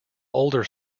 older